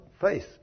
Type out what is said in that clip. face